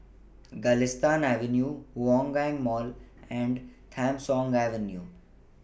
Galistan Avenue Hougang Mall and Tham Soong Avenue